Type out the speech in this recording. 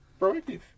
proactive